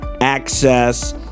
access